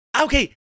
Okay